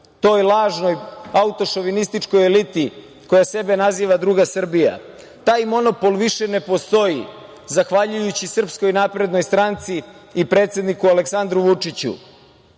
toj lažnoj autošovinističkoj eliti koja sebe naziva druga Srbija. Taj monopol više ne postoji zahvaljujući SNS i predsedniku Aleksandru Vučiću. Hoću